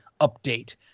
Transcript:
update